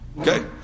okay